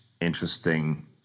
interesting